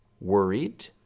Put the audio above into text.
worried